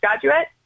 graduate